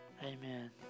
amen